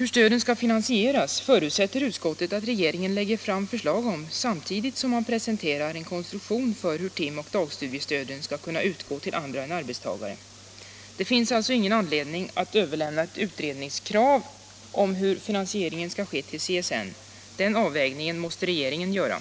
Utskottet förutsätter att regeringen lägger fram förslag om finansiering av stöden samtidigt som man presenterar en konstruktion för hur tim och dagstudiestöden skall kunna utgå till andra än löntagare. Det finns alltså ingen anledning att till CSN överlämna ett utredningskrav på hur finansieringen skall ske. Den avvägningen måste regeringen göra.